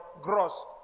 gross